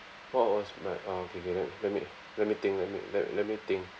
what was my orh K K let let me let me think let me let let me think